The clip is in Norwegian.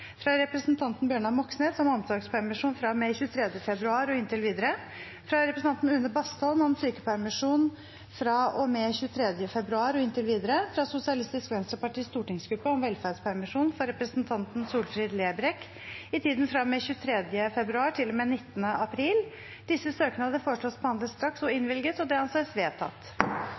fra og med 23. februar til og med 25. februar fra representanten Bjørnar Moxnes om omsorgspermisjon fra og med 23. februar og inntil videre fra representanten Une Bastholm om sykepermisjon fra og med 23. februar og inntil videre fra Sosialistisk Venstrepartis stortingsgruppe om velferdspermisjon for representanten Solfrid Lerbrekk i tiden fra og med 23. februar til og